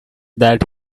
that